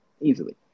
Easily